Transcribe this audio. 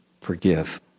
forgive